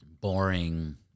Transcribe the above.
boring